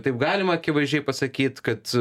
taip galima akivaizdžiai pasakyt kad